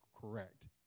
correct